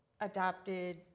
adopted